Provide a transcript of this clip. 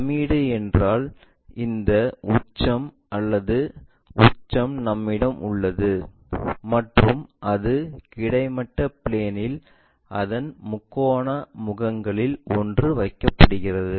pyramid என்றால் இந்த உச்சம் அல்லது உச்சம் நம்மிடம் உள்ளது மற்றும் அது கிடைமட்ட பிளேன்இல் அதன் முக்கோண முகங்களில் ஒன்று வைக்கப்படுகிறது